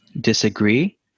disagree